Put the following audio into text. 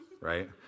right